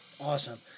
Awesome